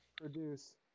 produce